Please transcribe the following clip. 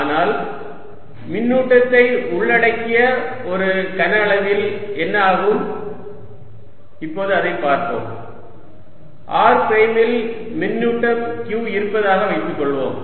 ஆனால் மின்னூட்டத்தை உள்ளடக்கிய ஒரு கன அளவில் என்ன ஆகும் இப்போது அதைப் பார்ப்போம் r பிரைமில் மின்னூட்டம் q இருப்பதாக வைத்துக்கொள்வோம்